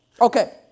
Okay